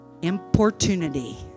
importunity